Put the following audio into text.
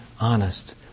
honest